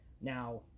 now